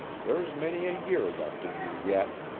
there's many a year left in you yet.